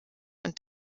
und